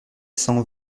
cent